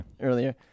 earlier